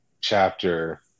chapter